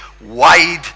wide